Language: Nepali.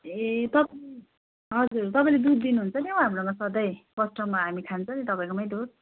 ए तप् हजुर तपाईँले दुध दिनुहुन्छ नि हौ हाम्रोमा सधैँ क्वार्टरमा हामी खान्छ नि तपाईँकोमै दुध